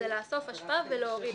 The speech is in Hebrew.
זה לאסוף אשפה ולהוריד אותה.